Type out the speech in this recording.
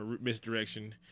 misdirection